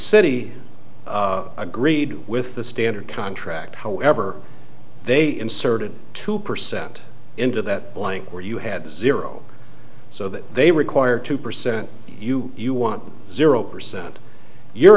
city agreed with the standard contract however they inserted two percent into that blank where you had zero so that they require two percent you you want zero percent your